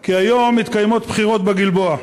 כי היום מתקיימות בחירות בגלבוע.